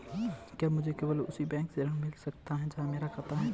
क्या मुझे केवल उसी बैंक से ऋण मिल सकता है जहां मेरा खाता है?